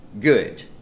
good